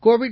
Covid